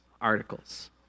articles